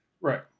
right